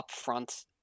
upfront